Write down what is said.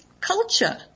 culture